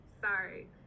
sorry